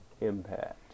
impact